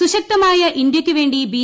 സുശക്തമായ ഇന്ത്യയ്ക്കുവേണ്ടി ബി